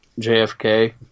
JFK